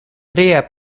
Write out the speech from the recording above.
tria